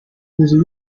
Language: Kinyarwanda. inzu